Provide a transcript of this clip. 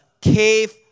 cave